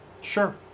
Sure